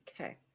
Okay